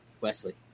Wesley